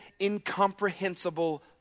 incomprehensible